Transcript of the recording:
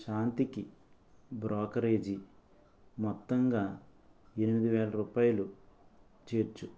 శాంతికి బ్రోకరేజీ మొత్తంగా ఎనిమిది వేల రూపాయలు చేర్చు